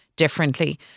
differently